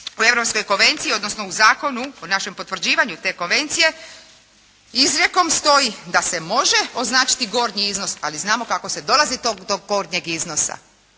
u Europskoj konvenciji, odnosno u zakonu o našem potvrđivanju te konvencije izrijekom stoji da se može označiti gornji iznos. Ali znamo kako se dolazi do gornjeg iznosa.